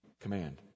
command